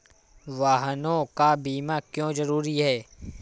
वाहनों का बीमा क्यो जरूरी है?